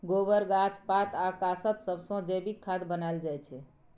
गोबर, गाछ पात आ कासत सबसँ जैबिक खाद बनाएल जाइ छै